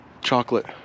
chocolate